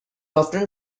often